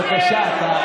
בבקשה לשבת.